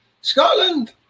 Scotland